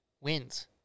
wins